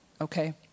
Okay